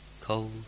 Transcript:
Cold